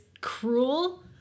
cruel –